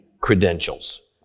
credentials